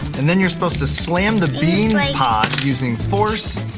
and then you're supposed to slam the bean like pod using force,